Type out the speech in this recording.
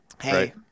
Hey